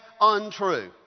untrue